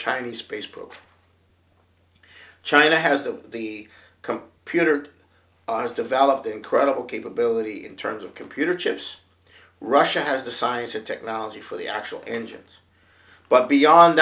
chinese space program china has the the computer has developed incredible capability in terms of computer chips russia has the science and technology for the actual engines but beyond